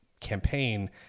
campaign